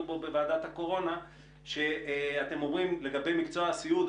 בו בוועדת הקורונה שאתם אומרים לגבי מקצוע הסיעוד,